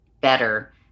better